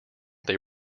they